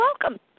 welcome